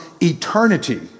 eternity